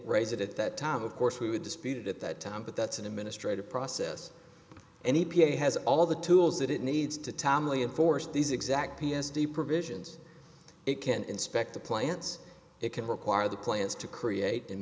raise it at that time of course we would dispute it at that time but that's an administrative process and e p a has all the tools that it needs to timely enforce these exact p s t provisions it can inspect the plants it can require the plants to create and